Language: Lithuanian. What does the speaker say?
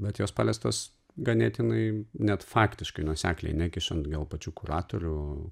bet jos paliestos ganėtinai net faktiškai nuosekliai nekišant gal pačių kuratorių